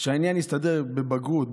שהעניין הסתדר בבגרות,